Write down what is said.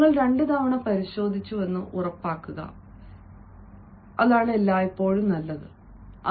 നിങ്ങൾ രണ്ടുതവണ പരിശോധിച്ചുവെന്ന് ഉറപ്പാക്കുന്നത് എല്ലായ്പ്പോഴും നല്ലതാണ്